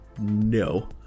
No